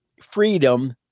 freedom